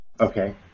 Okay